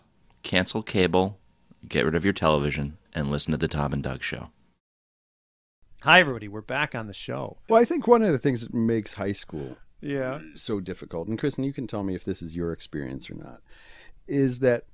early cancel cable get rid of your television and listen to the tom and duck show hi everybody we're back on the show but i think one of the things that makes high school yeah so difficult and chris and you can tell me if this is your experience or not is that